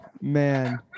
Man